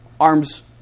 arms